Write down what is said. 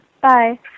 Bye